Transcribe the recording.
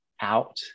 out